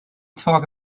talk